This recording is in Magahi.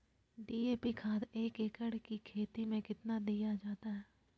डी.ए.पी खाद एक एकड़ धान की खेती में कितना दीया जाता है?